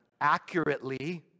accurately